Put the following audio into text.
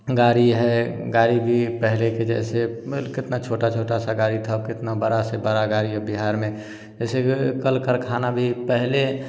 गाड़ी है गाड़ी भी पहले के जैसे मल कितना छोटी छोटी सी गाड़ी थी अब कितनी बड़ी से बड़ी गाड़ी अब बिहार में जैसे कि कल कारख़ाना भी पहले